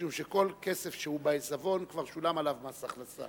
משום שכל כסף בעיזבון, כבר שולם עליו מס הכנסה.